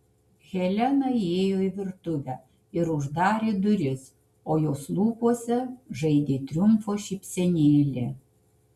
helena įėjo į virtuvę ir uždarė duris o jos lūpose žaidė triumfo šypsenėlė